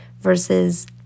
versus